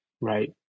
right